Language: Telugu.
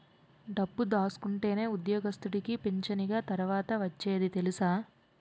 డబ్బు దాసుకుంటేనే ఉద్యోగస్తుడికి పింఛనిగ తర్వాత ఒచ్చేది తెలుసా